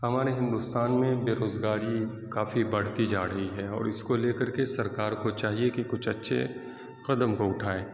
ہمارے ہندوستان میں بےروزگاری کافی بڑھتی جا رہی ہے اور اس کو لے کر کے سرکار کو چاہیے کہ کچھ اچھے قدم کو اٹھائے